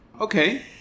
Okay